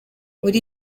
muri